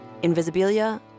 Invisibilia